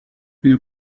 une